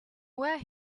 where